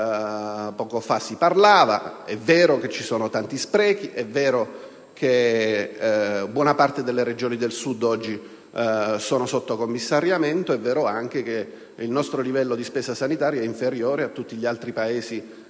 poco fa si parlava, è vero che sono tanti gli sprechi, è vero che buona parte delle Regioni del Sud è oggi sotto commissariamento, ma è vero anche che il nostro livello di spesa sanitaria è inferiore a quello degli altri Paesi europei,